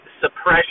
suppression